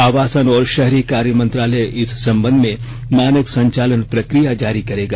आवासन और शहरी कार्य मंत्रालय इस संबंध में मानक संचालन प्रक्रिया जारी करेगा